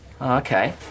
Okay